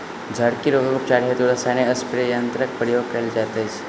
झड़की रोगक उपचार हेतु रसायनिक स्प्रे यन्त्रकक प्रयोग कयल जाइत अछि